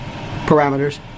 parameters